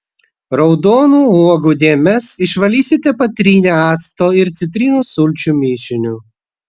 raudonų uogų dėmes išvalysite patrynę acto ir citrinos sulčių mišiniu